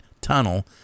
tunnel